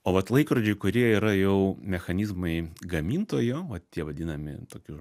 o vat laikrodžiai kurie yra jau mechanizmai gamintojo o tie vadinami tokiu